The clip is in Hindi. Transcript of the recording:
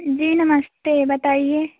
जी नमस्ते बताइए